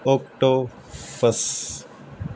octopus